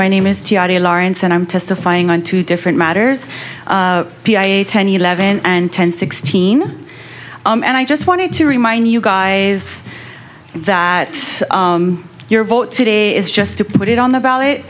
my name is lawrence and i'm testifying on two different matters ten eleven and ten sixteen and i just wanted to remind you guys that your vote today is just to put it on the ballot